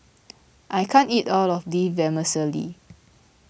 I can't eat all of this Vermicelli